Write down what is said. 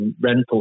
rental